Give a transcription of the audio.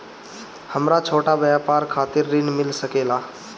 हमरा छोटा व्यापार खातिर ऋण मिल सके ला?